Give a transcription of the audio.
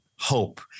Hope